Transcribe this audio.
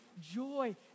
joy